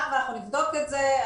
אנחנו נבדוק את זה.